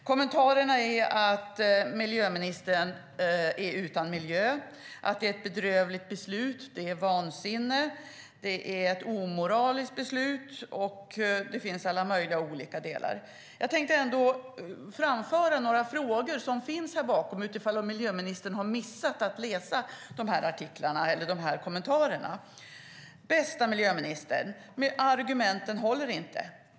Kommentarerna går ut på att miljöministern är utan miljö, att det är ett bedrövligt och omoraliskt beslut, att det är vansinne och så vidare. Miljöministern har kanske missat att läsa de här kommentarerna. Jag tänkte därför vidarebefordra några frågor som ställts av Pontus Larsson. Bästa miljöminister! Dessa argument håller inte.